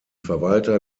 verwalter